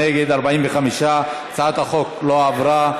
נגד 45. הצעת החוק לא עברה,